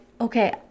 okay